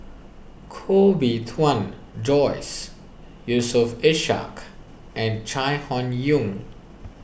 Koh Bee Tuan Joyce Yusof Ishak and Chai Hon Yoong